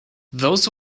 those